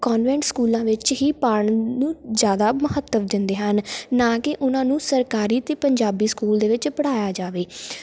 convent ਸਕੂਲਾਂ ਵਿੱਚ ਹੀ ਪਾੜਨ ਨੂੰ ਜ਼ਿਆਦਾ ਮਹੱਤਵ ਦਿੰਦੇ ਹਨ ਨਾ ਕਿ ਉਹਨਾਂ ਨੂੰ ਸਰਕਾਰੀ ਅਤੇ ਪੰਜਾਬੀ ਸਕੂਲ ਦੇ ਵਿੱਚ ਪੜ੍ਹਾਇਆ ਜਾਵੇ